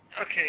Okay